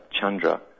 Chandra